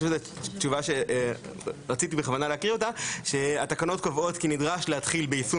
תשובה שרציתי בכוונה להקריא אותה: "התקנות קובעות כי נדרש להתחיל ביישום